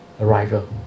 arrival